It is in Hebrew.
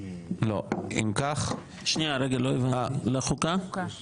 לא הבנתי, לחוקה?